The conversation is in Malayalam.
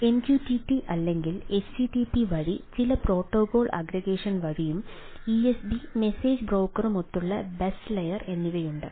MQTT അല്ലെങ്കിൽ HTTP വഴി ചില പ്രോട്ടോക്കോൾ അഗ്രഗേഷൻ എന്നിവയുണ്ട്